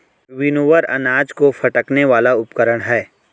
winnower अनाज को फटकने वाला उपकरण है